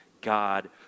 God